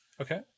Okay